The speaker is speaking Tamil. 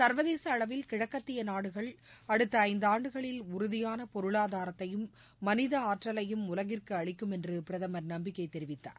சர்வதேச அளவில் கிழகத்திய நாடுகள் அடுத்த ஐந்து ஆண்டுகளில் உறுதியான பொருளாதாரத்தையும் மனித ஆற்றலையும் உலகிற்கு அளிக்கும் என்று பிரதமர் நம்பிக்கை தெரிவித்தார்